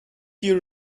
you